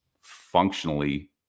functionally